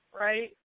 right